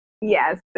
Yes